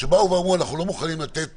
שבאו ואמרו: אנחנו לא מוכנים לתת